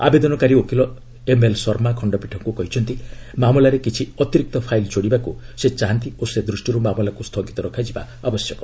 ଆବେଦନକାରୀ ଓକିଲ ଏମ୍ଏଲ୍ ଶର୍ମା ଖଣ୍ଡପୀଠକୁ କହିଛନ୍ତି ମାମଲାରେ କିଛି ଅତିରିକ୍ତ ଫାଇଲ୍ ଯୋଡ଼ିବାକୁ ସେ ଚାହାନ୍ତି ଓ ସେ ଦୃଷ୍ଟିରୁ ମାମଲାକୁ ସ୍ଥୁଗିତ ରଖାଯିବା ଦରକାର